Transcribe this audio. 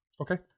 Okay